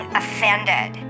offended